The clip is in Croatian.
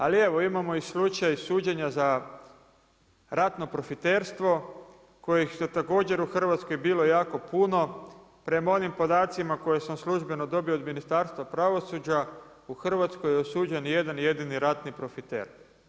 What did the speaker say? Ali evo imamo i slučaj suđenja za ratne profiterstvo kojih je također u Hrvatskoj bilo jako puno, prema onim podacima koje sam službenom dobio od Ministarstva pravosuđa, u Hrvatskoj je osuđen jedan jedini ratni profiter.